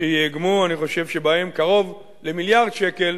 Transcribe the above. שייאגמו, ואני חושב שבהם קרוב למיליארד שקל